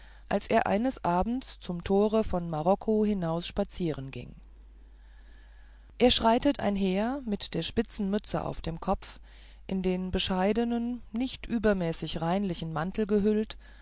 als er eines abends zum tore von marokko hinaus spazieren ging er schreitet einher mit der spitzen mütze auf dem kopf in den bescheidenen nicht übermäßig reinlichen mantel gehüllt